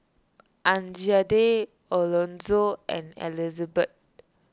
Anjanette Elonzo and Elizbeth